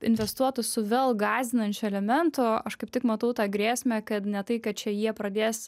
investuotus su vėl gąsdinančiu elementu aš kaip tik matau tą grėsmę kad ne tai kad čia jie pradės